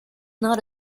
not